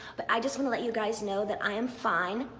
but i just wanna let you guys know that i am fine.